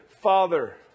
Father